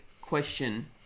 question